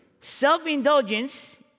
Self-indulgence